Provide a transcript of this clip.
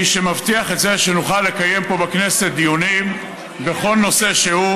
מי שמבטיח את זה שנוכל לקיים פה בכנסת דיונים בכל נושא שהוא,